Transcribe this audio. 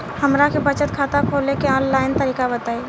हमरा के बचत खाता खोले के आन लाइन तरीका बताईं?